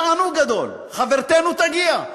תענוג גדול, חברתנו תגיע.